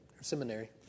seminary